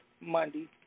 Monday